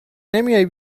نمیای